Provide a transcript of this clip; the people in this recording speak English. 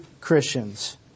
Christians